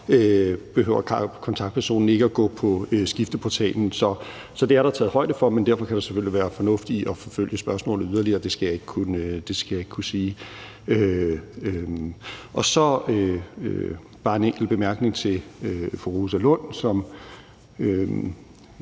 så behøver kontaktpersonen ikke at gå på Skifteportalen. Så det er der taget højde for, men derfor kan der selvfølgelig være fornuft i at forfølge spørgsmålet yderligere; det skal jeg ikke kunne sige. Så har jeg bare en enkelt bemærkning til fru Rosa Lund, som